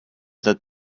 that